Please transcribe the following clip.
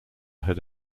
had